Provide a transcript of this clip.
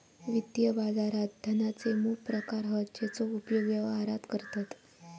वित्तीय बाजारात धनाचे मोप प्रकार हत जेचो उपयोग व्यवहारात करतत